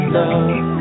love